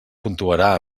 puntuarà